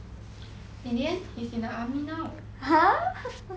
in the end he's in the army now